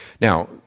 Now